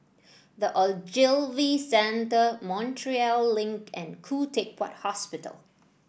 The Ogilvy Centre Montreal Link and Khoo Teck Puat Hospital